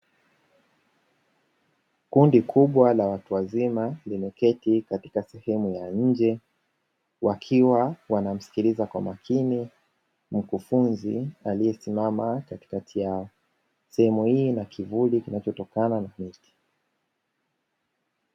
Kundi kubwa la watu wazima limekaa katika sehemu ya nje, wakiwa wanamsikiliza kwa makini mkufunzi aliyesimama katikati yao, sehemu hii ina kivuli kinachotokana na miti.